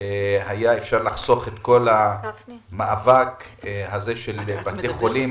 היה אפשר לחסוך את כל המאבק הזה של בתי חולים